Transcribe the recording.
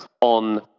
on